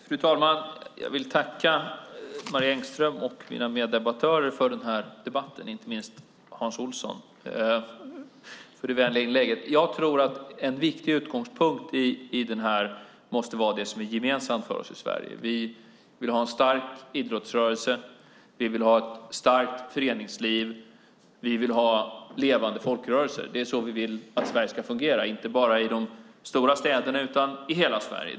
Fru talman! Jag vill tacka Marie Engström och mina meddebattörer för den här debatten, inte minst Hans Olsson för det vänliga inlägget. Jag tror att en viktig utgångspunkt i det här måste vara det som är gemensamt för oss i Sverige. Vi vill ha en stark idrottsrörelse, ett starkt föreningsliv och levande folkrörelser. Det är så vi vill att Sverige ska fungera, inte bara i de stora städerna utan i hela Sverige.